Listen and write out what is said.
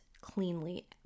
cleanly